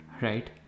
Right